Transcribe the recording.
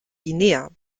guinea